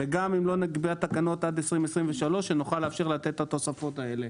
וגם אם לא נקבע תקנות עד 2023 שנוכל לאפשר לתת את התוספות האלה.